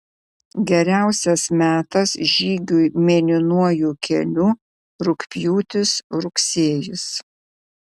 geriausias metas žygiui mėlynuoju keliu rugpjūtis rugsėjis